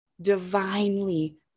divinely